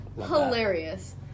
hilarious